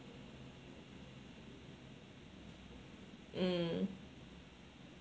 mm